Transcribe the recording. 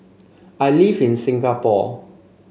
I live in Singapore